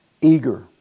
Eager